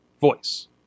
voice